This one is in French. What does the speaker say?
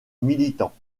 militants